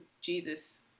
Jesus